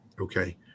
Okay